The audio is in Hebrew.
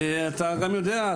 אתה גם יודע,